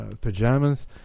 pajamas